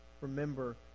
Remember